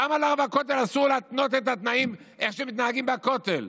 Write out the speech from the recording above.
למה לרב הכותל אסור להתנות את התנאים להתנהגות בכותל?